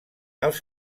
els